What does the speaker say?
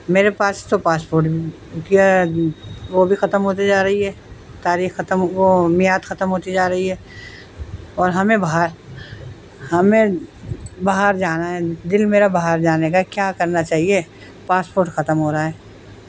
میرے پاس تو پاسپورٹ کیا وہ بھی ختم ہوتی جا رہی ہے تاریخ ختم وہ میعاد ختم ہوتی جا رہی ہے اور ہمیں باہر ہمیں باہر جانا ہے دل میرا باہر جانے کا کیا کرنا چاہیے پاسپورٹ ختم ہو رہا ہے